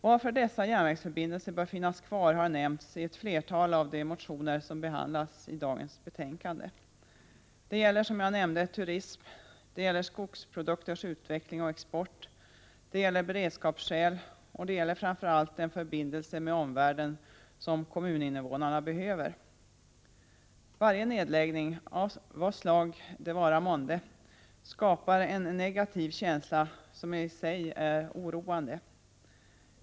Varför dessa järnvägsförbindelser bör finnas kvar har nämnts i ett flertal av de motioner som behandlas i dagens betänkande. Det gäller som jag nämnde turismen. Det gäller skogsprodukters utveckling och export. Det gäller beredskapen och det gäller framför allt den förbindelse med omvärlden som kommuninvånarna behöver. Varje nedläggning av vad slag det vara månde skapar en negativ känsla, som i sig är oroande.